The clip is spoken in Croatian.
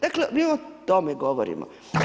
Dakle, mi o tome govorimo.